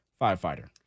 firefighter